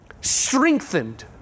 strengthened